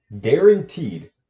guaranteed